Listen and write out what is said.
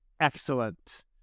excellent